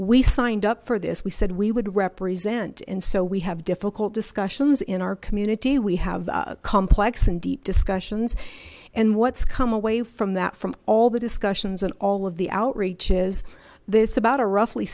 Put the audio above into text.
we signed up for this we said we would represent and so we have difficult discussions in our community we have complex and deep discussions and what's come away from that from all the discussions and all of the outreach is this about a roughly